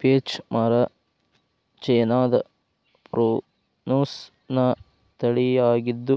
peach ಮರ ಚೇನಾದ Prunus ನ ತಳಿಯಾಗಿದ್ದು,